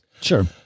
Sure